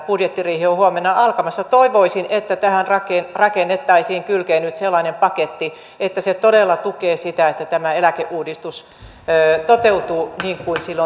budjettiriihi on huomenna alkamassa ja toivoisin että tähän kylkeen rakennettaisiin nyt sellainen paketti että se todella tukee sitä että tämä eläkeuudistus toteutuu niin kuin sille on tavoitteet asetettu